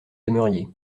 aimeriez